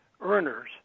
earners